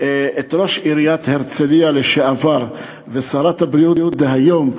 את ראש עיריית הרצלייה לשעבר ושרת הבריאות דהיום,